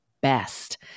best